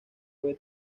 fue